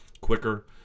Quicker